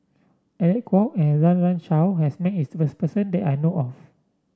Alec Kuok and Run Run Shaw has met its person that I know of